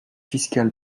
fiscal